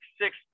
six